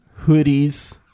Hoodies